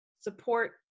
support